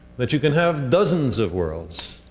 that you can have dozens of worlds,